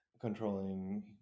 controlling